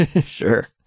Sure